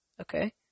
Okay